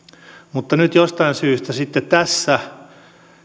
mutta nyt jostain syystä sitten tässä